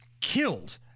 killed